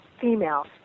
female